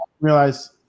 realize